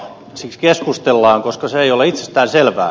siksi keskustellaan koska se ei ole itsestään selvää